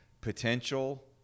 potential